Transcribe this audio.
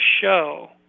show